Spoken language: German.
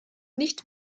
nicht